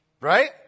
Right